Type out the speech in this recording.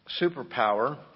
superpower